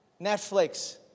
Netflix